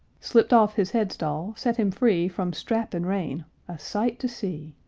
slipped off his head-stall, set him free from strap and rein a sight to see!